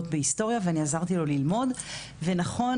בהיסטוריה ואני עזרתי לו ללמוד ונכון,